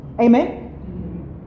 Amen